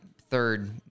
third